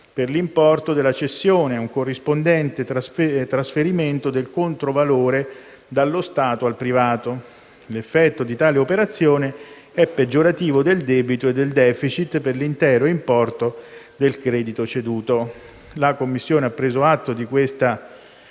per l'importo della cessione e un corrispondente trasferimento del controvalore dallo Stato al privato. L'effetto di tale operazione è peggiorativo del debito e del deficit per l'intero importo del credito ceduto». La Commissione ha preso atto di questa